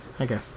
Okay